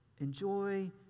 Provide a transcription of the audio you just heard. enjoy